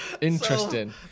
Interesting